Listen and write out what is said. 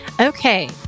okay